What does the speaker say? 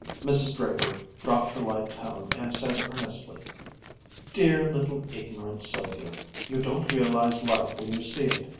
mrs. draper dropped her light tone and said earnestly dear little ignorant sylvia you don't recognize life when you see it.